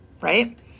right